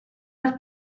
las